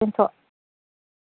दोन्थ'